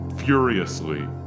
Furiously